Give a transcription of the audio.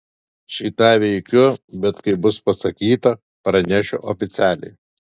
šį tą veikiu bet kai bus pasakyta pranešiu oficialiai